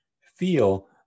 feel